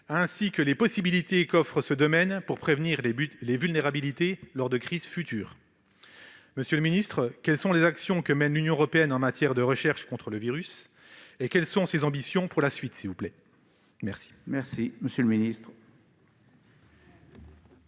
ainsi que les possibilités qu'offre ce domaine pour prévenir les vulnérabilités lors de crises futures. Monsieur le secrétaire d'État, quelles sont les actions que mène l'Union européenne en matière de recherche contre le virus et quelles sont ses ambitions pour la suite ? La parole est